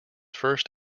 first